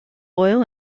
oil